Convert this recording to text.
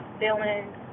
feelings